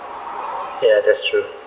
ya that's true